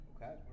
Okay